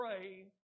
pray